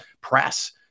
press